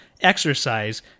exercise